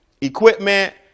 equipment